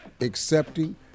accepting